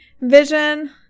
vision